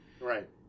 right